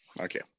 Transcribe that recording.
Okay